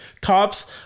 cops